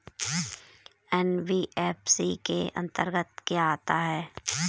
NBFC के अंतर्गत क्या आता है?